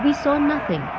saw nothing,